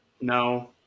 No